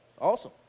awesome